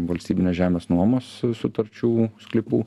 valstybinės žemės nuomos sutarčių sklypų